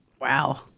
Wow